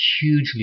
hugely